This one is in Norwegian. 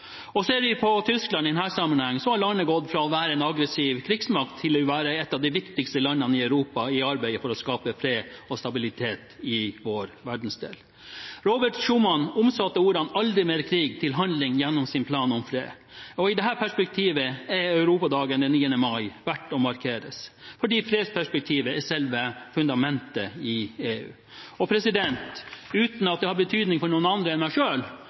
Ser man på Tyskland i denne sammenhengen, har landet gått fra å være en aggressiv krigsmakt til å være et av de viktigste landene i Europa i arbeidet for å skape fred og stabilitet i vår verdensdel. Robert Schuman omsatte ordene «aldri mer krig» til handling gjennom sin plan om fred. I dette perspektivet er europadagen den 9. mai verdt å markere – fordi fredsperspektivet er selve fundamentet i EU. Og uten at det har betydning for noen andre enn meg